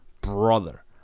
Brother